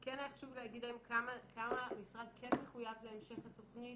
כן היה חשוב להגיד היום כמה המשרד כן מחויב להמשך התוכנית.